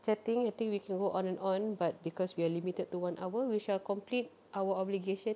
chatting I think we can go on and on but because we are limited to one hour we shall complete our obligation